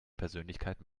persönlichkeit